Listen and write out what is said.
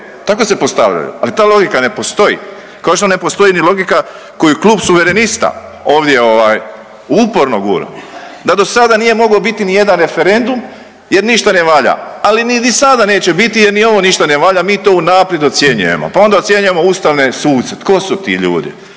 tako se postavljaju. Ali ta logika ne postoji kao što ne postoji ni logika koju klub Suverenista ovdje ovaj uporno gura da do sada nije mogao biti nijedan referendum jer ništa ne valja, ali ni sada neće biti jer ni ovo ništa ne valja mi to unaprijed ocjenjujemo, pa onda ocjenjujemo ustavne suce, tko su ti ljudi?